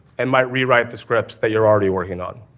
and might rewrite the scripts that you're already working on.